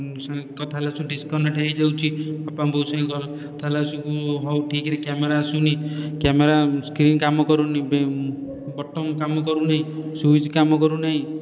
ସାଙ୍ଗେ କଥା ହେଲାକୁ ଡିସକନେକ୍ଟ ହୋଇଯାଉଛି ବାପା ବୋଉ ସାଙ୍ଗେ ଘର କଥା ହେଲା ଆସକୁ ହେଉ ଠିକରେ କ୍ୟାମେରା ଆସୁନି କ୍ୟାମେରା ସ୍କ୍ରିନ୍ କାମ କରୁନି ବିମ ବଟନ୍ କାମ କରୁନି ସୁଇଜ କାମ କରୁନାହିଁ